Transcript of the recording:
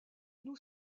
nous